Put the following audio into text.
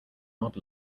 odd